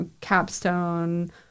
capstone